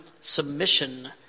submission